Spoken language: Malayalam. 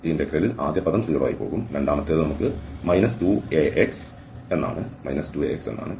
അതിനാൽ ഈ ഇന്റഗ്രലിൽ ആദ്യ പദം 0 ലേക്ക് പോകും രണ്ടാമത്തേത് നമുക്ക് 2ax ആണ്